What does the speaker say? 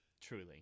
Truly